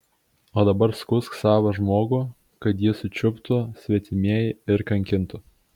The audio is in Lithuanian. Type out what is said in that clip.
o dabar skųsk savą žmogų kad jį sučiuptų svetimieji ir kankintų